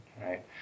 right